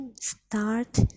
start